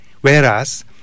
Whereas